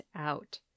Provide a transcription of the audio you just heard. out